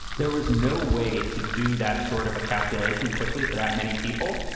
there was no way to do that sort of a calculation quickly for that many people.